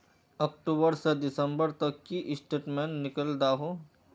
अक्टूबर से दिसंबर तक की स्टेटमेंट निकल दाहू?